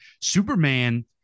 Superman